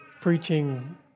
preaching